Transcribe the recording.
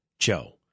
Joe